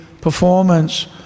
performance